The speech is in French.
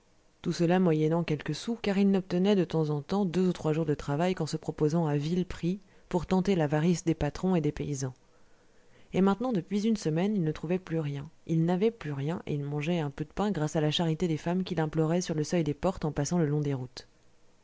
tout cela moyennant quelques sous car il n'obtenait de temps en temps deux ou trois jours de travail qu'en se proposant à vil prix pour tenter l'avarice des patrons et des paysans et maintenant depuis une semaine il ne trouvait plus rien il n'avait plus rien et il mangeait un peu de pain grâce à la charité des femmes qu'il implorait sur le seuil des portes en passant le long des routes